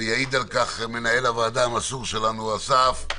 ויעיד על כך מנהל הוועדה המסור שלנו אסף,